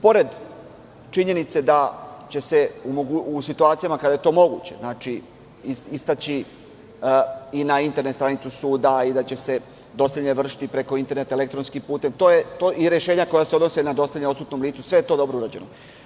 Pored činjenice da će se, u situacijama kada je to moguće, istaći i na internet stranicu suda i da će se dostavljanje vršiti i preko interneta elektronskim putem i rešenja koja se odnose na dostavljanje odsutnom licu, sve je to dobro urađeno.